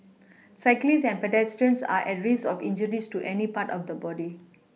cyclists and pedestrians are at risk of injuries to any part of the body